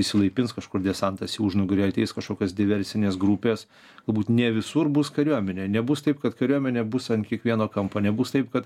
išsilaipins kažkur desantas į užnugarį ateis kažkokios diversinės grupės galbūt ne visur bus kariuomenė nebus taip kad kariuomenė bus ant kiekvieno kampo nebus taip kad